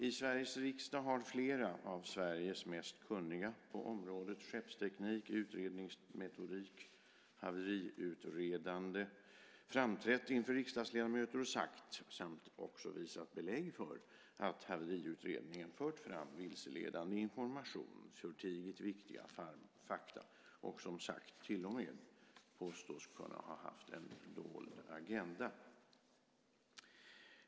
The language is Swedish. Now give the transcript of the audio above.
I Sveriges riksdag har flera av Sveriges mest kunniga på skeppsteknik, utredningsmetodik och haveriutredande framträtt inför riksdagsledamöter och sagt, samt också visat belägg för, att haveriutredningen fört fram vilseledande information, förtigit viktiga fakta och, som sagt, till och med påstås kunna ha haft en dold agenda.